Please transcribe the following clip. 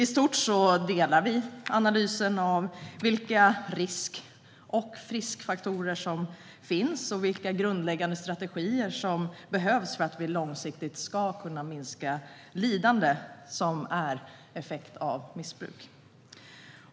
I stort delar vi analysen om vilka risk och friskfaktorer som finns och vilka grundläggande strategier som behövs för att vi långsiktigt ska kunna minska lidande som effekt av missbruk.